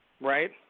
Right